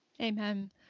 Amen